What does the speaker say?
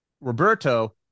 roberto